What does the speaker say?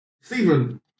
Stephen